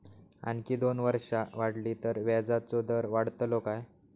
आणखी दोन वर्षा वाढली तर व्याजाचो दर वाढतलो काय?